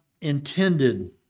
intended